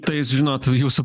tais žinot jūsų